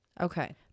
Okay